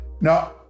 Now